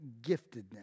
giftedness